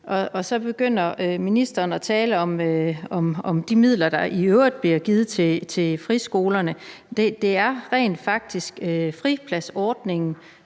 så begynder at tale om de midler, der i øvrigt bliver givet til friskolerne. Det er rent faktisk fripladsordningen,